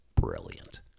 brilliant